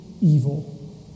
evil